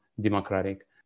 democratic